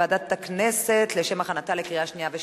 לוועדת הכנסת נתקבלה.